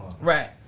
Right